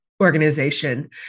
organization